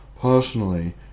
Personally